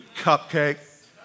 cupcake